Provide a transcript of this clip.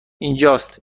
اینجاس